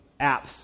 apps